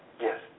Yes